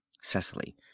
cecily